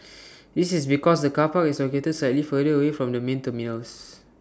this is because the car park is located slightly further away from the main terminals